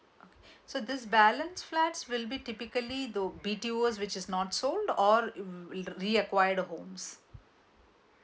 so this balance flats will be typically the B_T_O's which is not sold or reacquired homes.